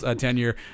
tenure